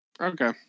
Okay